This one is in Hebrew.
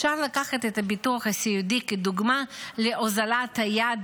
אפשר לקחת את הביטוח הסיעודי כדוגמה לאוזלת היד